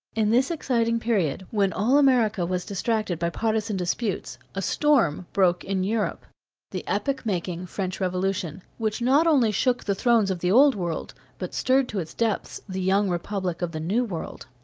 in this exciting period, when all america was distracted by partisan disputes, a storm broke in europe the epoch-making french revolution which not only shook the thrones of the old world but stirred to its depths the young republic of the new world.